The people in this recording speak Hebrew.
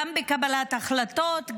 גם בקבלת החלטות,